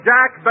Jack